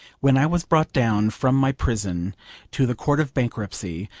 when i was brought down from my prison to the court of bankruptcy,